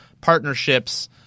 partnerships